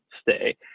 stay